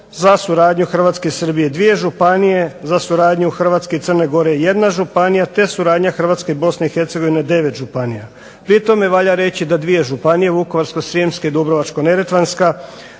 za suradnju Hrvatske i Srbije 2 županije, za suradnju Hrvatske i Crne gore jedna županija, te suradnja Hrvatske i Bosne i Hercegovine 9 županija. Pri tome valja reći da dvije županije Vukovarsko-srijemska i Dubrovačko-neretvanska